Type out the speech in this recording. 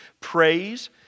praise